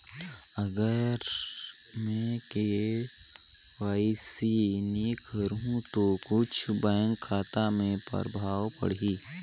अगर मे के.वाई.सी नी कराहू तो कुछ बैंक खाता मे प्रभाव पढ़ी?